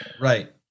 Right